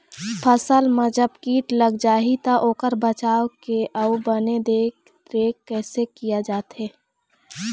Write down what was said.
फसल मा जब कीट लग जाही ता ओकर बचाव के अउ बने देख देख रेख कैसे किया जाथे?